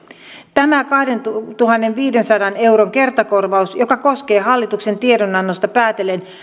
tämä kahdentuhannenviidensadan euron kertakorvaus joka koskee hallituksen tiedonannosta päätellen